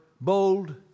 bold